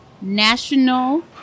national